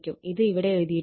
ഇത് ഇവിടെ എഴുതിയിട്ടുണ്ട്